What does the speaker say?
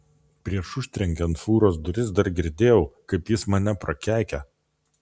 prieš užtrenkiant fūros duris dar girdėjau kaip jis mane prakeikia